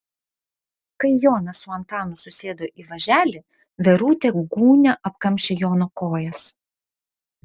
kai jonas su antanu susėdo į važelį verutė gūnia apkamšė jono kojas